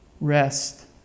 Rest